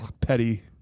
petty